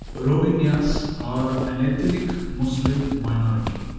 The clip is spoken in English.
rohingyas are an ethnic muslim minority,